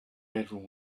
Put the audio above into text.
bedroom